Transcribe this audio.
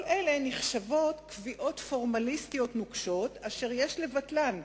כל אלה נחשבות קביעות פורמליסטיות נוקשות אשר יש לבטלן,